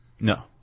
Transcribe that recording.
No